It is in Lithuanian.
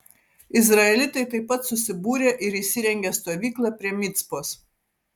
izraelitai taip pat susibūrė ir įsirengė stovyklą prie micpos